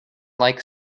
like